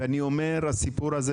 אני אומר שהסיפור הזה,